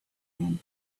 him